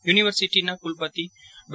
યુનિવર્સિટીના કુલપતિ ડો